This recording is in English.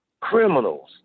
Criminals